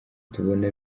tubona